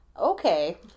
Okay